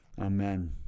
Amen